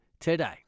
today